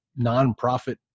nonprofit